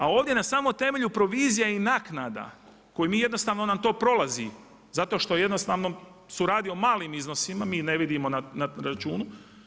A ovdje na samo temelju provizija i naknada koje mi jednostavno nam to prolazi zato što jednostavno se radi o malim iznosima, mi ih ne vidimo na računu.